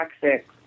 toxic